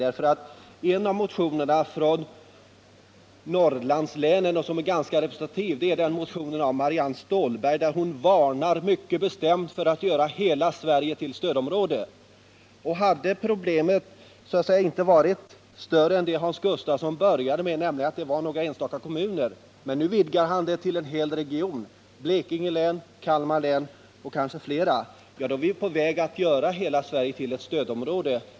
I en av motionerna från Norrlandslänen som är ganska representativ — det är motionen 1978/79:2511 av Marianne Stålberg m.fl. — varnar man mycket bestämt för en alltför kraftig utvidgning av stödområdet. Man säger att vi inte får göra hela Sverige till ett stödområde. De problem Hans Gustafsson började med att nämna var några enstaka kommuner, men nu vidgar han problemen till att omfatta en hel region: Blekinge län, Kalmar län och kanske fler län. Då är vi ju på väg att göra hela Sverige till ett stödområde.